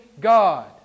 God